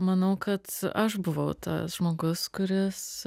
manau kad aš buvau tas žmogus kuris